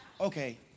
Okay